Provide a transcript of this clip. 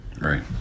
right